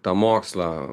tą mokslą